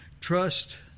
Trust